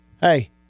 Hey